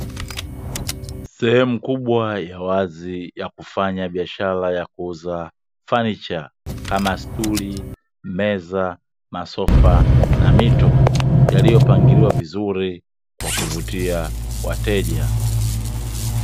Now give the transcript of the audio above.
Sehemu kubwa la wazi ya kufanya biashara ya kuuza fanicha kama; sturi, meza, masofa na moto, yaliyopangiliwa vizuri kwa kuvutia wateja.